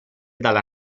dalla